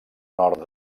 nord